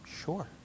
Sure